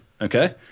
Okay